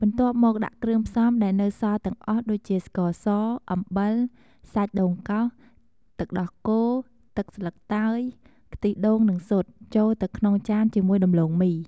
បន្ទាប់មក ដាក់គ្រឿងផ្សំដែលនៅសល់ទាំងអស់ដូចជា ស្ករស អំបិល សាច់ដូងកោស ទឹកដោះគោ ទឹកស្លឹកតើយ ខ្ទិះដូង និងស៊ុត ចូលទៅក្នុងចានជាមួយដំឡូងមី។